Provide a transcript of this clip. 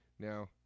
Now